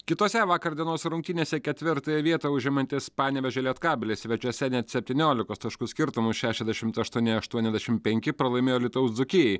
kitose vakar dienos rungtynėse ketvirtąją vietą užimantis panevėžio lietkabelis svečiuose net septyniolikos taškų skirtumu šešiasdešimt aštuoni aštuoniasdešim penki pralaimėjo alytaus dzūkijai